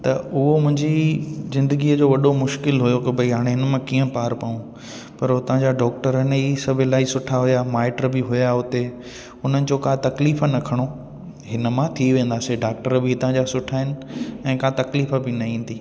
त उओ मुंहिंजी ज़िंदगीअ जो वॾो मुश्किलु हुओ की भई हाणे हिन मां कीअं पार पऊं पर उतां जा डॉक्टर आहिनि ई सभु इलाही सुठा हुआ माइट बि हुआ उते उन्हनि चयो का तकलीफ़ु न खणो हिन मां थी वेंदासि डॉक्टर बि हितां जा सुठा आहिनि ऐं का तकलीफ़ु बि न ईंदी